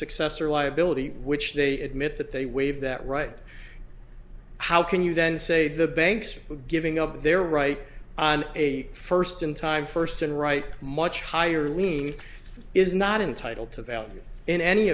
successor liability which they admit that they waive that right how can you then say the banks are giving up their right on a first in time first and write much higher levy is not entitle to value in any